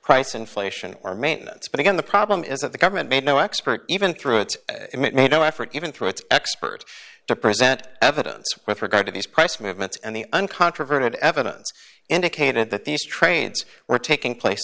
price inflation or maintenance but again the problem is that the government made no expert even through its it made no effort even through its expert to present evidence with regard to these price movements and the uncontroverted evidence indicated that these trades were taking place